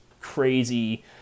crazy